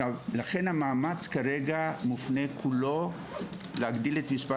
לכן המאמץ מופנה כולו להגדיל את מספר